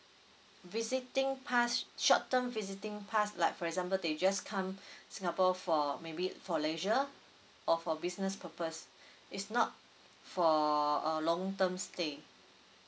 visiting pass short term visiting pass like for example they just come singapore for maybe for leisure or for business purpose it's not for a long term stay